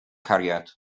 cariad